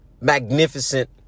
magnificent